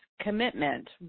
commitment